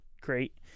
great